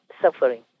suffering